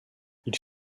ils